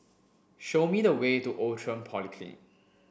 show me the way to Outram Polyclinic